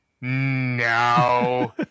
no